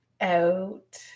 out